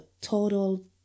total